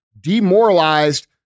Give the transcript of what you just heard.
demoralized